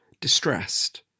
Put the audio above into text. distressed